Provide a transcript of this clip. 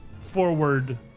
forward